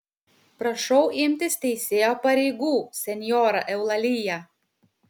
prašau imtis teisėjo pareigų senjora eulalija